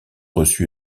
reçue